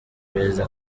perezida